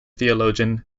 theologian